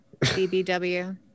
BBW